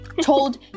Told